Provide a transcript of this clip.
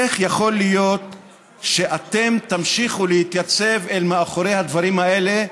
איך יכול להיות שאתם תמשיכו להתייצב מאחורי הדברים האלה?